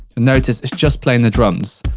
and notice it's just playing the drums.